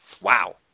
wow